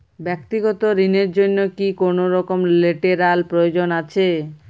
ব্যাক্তিগত ঋণ র জন্য কি কোনরকম লেটেরাল প্রয়োজন আছে?